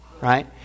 Right